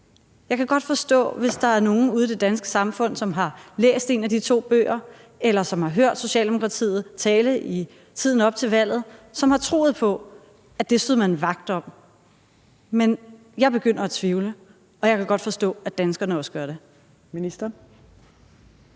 Jeg kan godt forstå, hvis der er nogen ude i det danske samfund, som har læst en af de to bøger, eller som har hørt Socialdemokratiets tale i tiden op til valget, og som har troet på, at det står man vagt om. Men jeg begynder at tvivle, og jeg kan godt forstå, at danskerne også gør det.